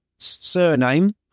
Surname